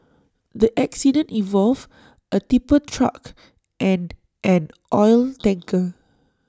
the accident involved A tipper truck and an oil tanker